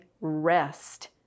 rest